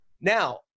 Now